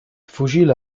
fucile